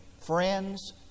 Friends